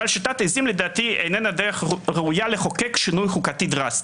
אבל שיטת עיזים לדעתי איננה דרך ראויה לחוקק שינוי חוקתי דרסטי,